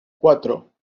cuatro